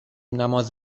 نماز